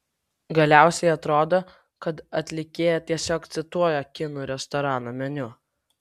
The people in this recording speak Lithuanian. galiausiai atrodo kad atlikėja tiesiog cituoja kinų restorano meniu